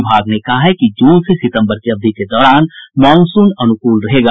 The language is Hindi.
विभाग ने कहा है कि जून से सितम्बर की अवधि के दौरान मॉनसून अनुकूल रहेगा